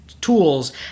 tools